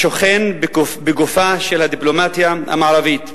השוכן בגופה של הדיפלומטיה המערבית,